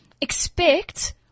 expect